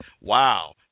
Wow